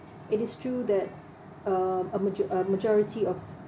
it is true that uh a major~ a majority of